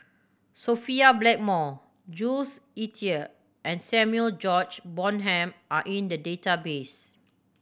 Sophia Blackmore Jules Itier and Samuel George Bonham are in the database